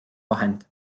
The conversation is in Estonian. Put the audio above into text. vahend